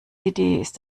ist